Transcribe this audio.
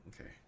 Okay